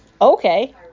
okay